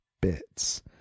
bits